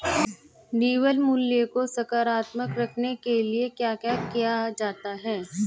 निवल मूल्य को सकारात्मक रखने के लिए क्या क्या किया जाता है?